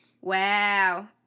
Wow